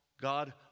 God